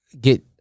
get